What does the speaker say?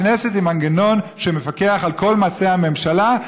הכנסת היא מנגנון שמפקח על כל מעשי הממשלה,